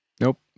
nope